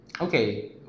okay